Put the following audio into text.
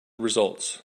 results